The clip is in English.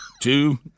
Two